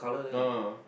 no